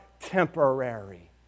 temporary